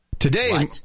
Today